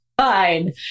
fine